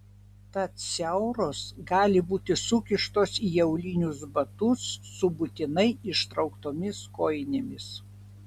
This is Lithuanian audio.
tad siauros gali būti sukištos į aulinius batus su būtinai ištrauktomis kojinėmis